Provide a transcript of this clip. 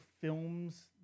films